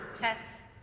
Tess